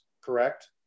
Correct